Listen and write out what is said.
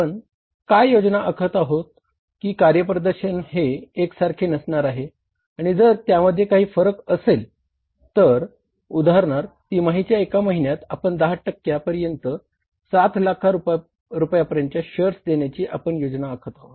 आपण काय योजना आखात आहोत की कार्यप्रदर्शन हे एकसारखे नसणार आहे आणि जर त्यामध्ये काही फरक असेल तर उदाहरणार्थ तिमाहीच्या एका महिन्यात आपण 10 टक्क्या पर्यंत 7 लाख रुपयांचे शेअर्स देण्याची आपण योजना आखत आहोत